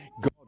God